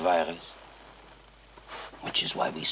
virus which is why we